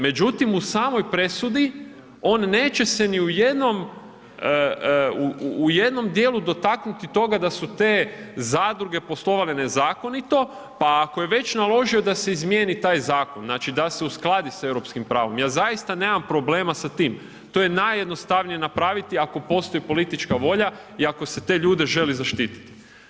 Međutim, u samoj presudi, on neće se ni u jednom, u jednom dijelu dotaknuti toga da su te zadruge poslovale nezakonito, pa ako je već naložio da se izmijeni taj zakon, znači da se uskladi s europskim pravo, ja zaista nemam problema sa tim, to je najjednostavnije napraviti ako postoji politička volja i ako se te ljude želi zaštititi.